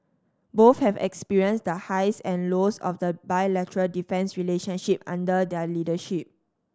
both have experienced the highs and lows of the bilateral defence relationship under their leadership